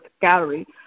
gallery